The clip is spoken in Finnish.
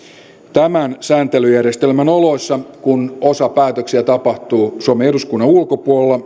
tämän sääntelyjärjestelmän oloissa kun osa päätöksistä tapahtuu suomen eduskunnan ulkopuolella